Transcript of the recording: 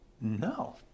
No